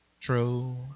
True